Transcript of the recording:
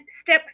step